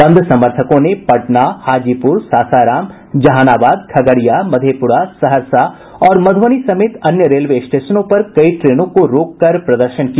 बंद समर्थकों ने पटना हाजीपुर सासाराम जहानाबाद खगड़िया मधेप्रा सहरसा मधुबनी समेत अन्य रेलवे स्टेशनों पर कई ट्रेनों को रोक कर प्रदर्शन किया